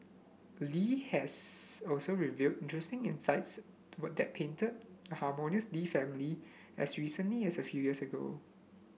Li has also revealed interesting insights what that painted a harmonious Lee family as recently as a few years ago